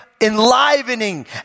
enlivening